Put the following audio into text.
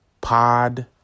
Pod